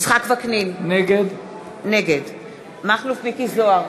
יצחק וקנין, נגד מכלוף מיקי זוהר,